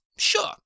Sure